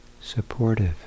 supportive